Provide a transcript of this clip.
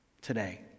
today